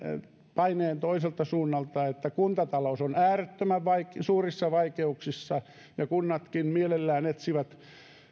paineen toiselta suunnalta että kuntatalous on äärettömän suurissa vaikeuksissa kunnatkin mielellään etsivät